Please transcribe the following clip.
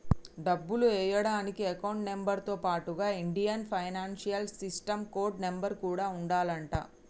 డబ్బులు ఎయ్యడానికి account number తో పాటుగా Indian financial system code number కూడా ఉండాలంట